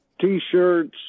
T-shirts